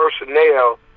personnel